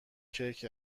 کیک